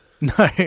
No